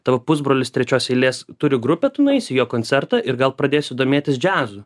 tavo pusbrolis trečios eilės turi grupę tu nueisi jo koncertą ir gal pradėsi domėtis džiazu